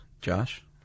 Josh